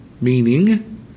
meaning